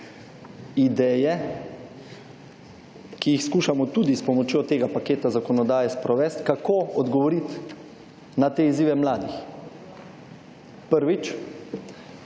ideje, ki jih skušamo tudi s pomočjo tega paketa zakonodaje sprovesti, kako odgovoriti na te izzive mladih. Prvič,